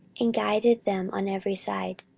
and guided them on every side.